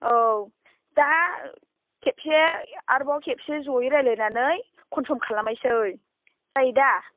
औ दा खेबसे आरोबाव खेबसे जयै रायज्लायनानै खनफर्म खालामनोसै जायो दा